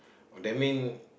oh that mean